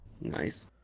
Nice